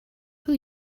who